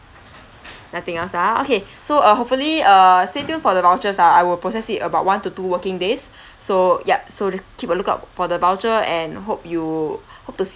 nothing else ah okay so uh hopefully err stay tune for the vouchers ah I will process it about one to two working days so ya so just keep a lookout for the voucher and hope you hope to see